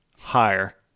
Higher